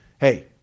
Hey